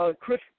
Chris